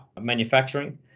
manufacturing